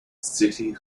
city